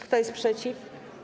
Kto jest przeciw?